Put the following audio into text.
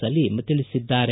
ಸಲೀಂ ತಿಳಿಸಿದ್ದಾರೆ